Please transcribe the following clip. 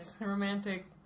Romantic